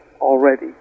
already